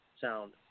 Sound